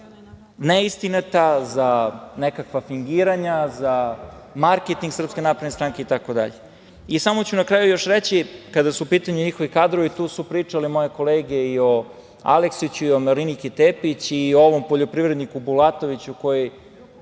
neistinita, za nekakva fingiranja, za marketing SNS itd.I samo ću na kraju još reći, kada su u pitanju njihovi kadrovi, tu su pričale moje kolege i o Aleksiću i o Mariniki Tepić i o ovom poljoprivredniku Bulatoviću, koji